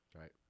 Right